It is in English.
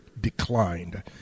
declined